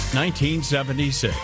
1976